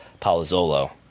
Palazzolo